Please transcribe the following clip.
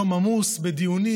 יום עמוס בדיונים,